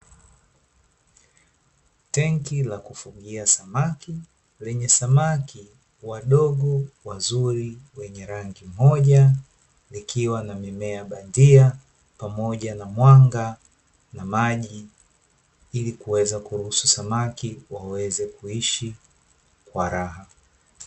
Tenki la kufugia samaki, lenye samaki wadogo, wazuri wenye rangi moja, likiwa na mimea bandia pamoja, na mwanga na maji ili kuweza kuruhusu samaki waweze kuishi kwa raha.